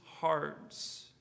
hearts